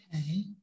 Okay